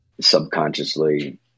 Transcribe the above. subconsciously